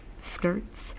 skirts